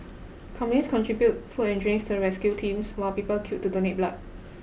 companies contributed food and drinks to the rescue teams while people queued to donate blood